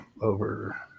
over